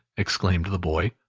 exclaimed the boy.